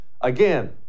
Again